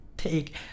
take